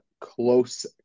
close